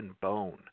bone